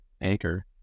Anchor